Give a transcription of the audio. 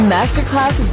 Masterclass